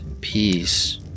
peace